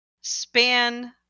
span